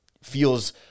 feels